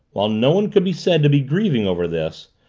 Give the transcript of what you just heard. while no one could be said to be grieving over this,